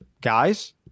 guys